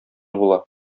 була